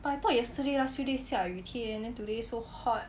but I thought yesterday last few days 下雨天 then today so hot